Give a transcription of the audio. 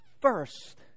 first